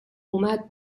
اومد